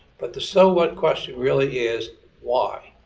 but the so what question really is why?